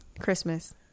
Christmas